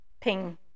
Ping